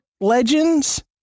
legends